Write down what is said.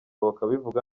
bakabivuga